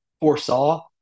foresaw